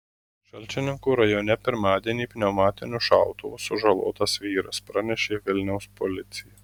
šalčininkų rajone pirmadienį pneumatiniu šautuvu sužalotas vyras pranešė vilniaus policija